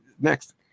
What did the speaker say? Next